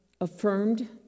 affirmed